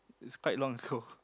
it's quite long ago